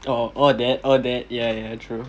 or all that all that ya ya true